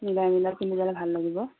মিলাই মিলাই পিন্ধি গ'লে ভাল লাগিব